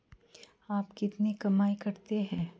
आप कितनी कमाई करते हैं?